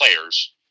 players